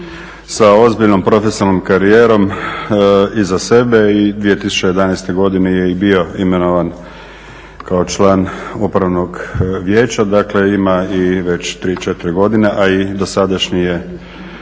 sa ozbiljnom profesionalnom karijerom iza sebe i 2011. godine je i bio imenovan kao član Upravnog vijeća. Dakle, ima i već 3, 4 godine a i dosadašnji je